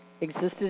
Existed